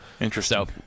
Interesting